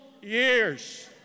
years